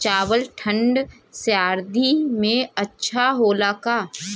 चावल ठंढ सह्याद्री में अच्छा होला का?